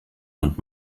und